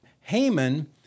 Haman